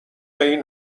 این